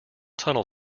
tunnel